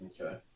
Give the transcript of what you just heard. okay